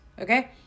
okay